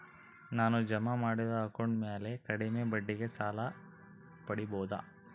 ನಾನು ಜಮಾ ಮಾಡಿದ ಅಕೌಂಟ್ ಮ್ಯಾಲೆ ಕಡಿಮೆ ಬಡ್ಡಿಗೆ ಸಾಲ ಪಡೇಬೋದಾ?